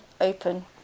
open